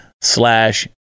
slash